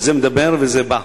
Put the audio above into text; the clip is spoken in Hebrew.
עוד זה מדבר וזה בא,